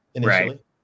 Right